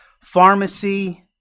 pharmacy